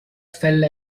fell